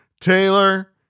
Taylor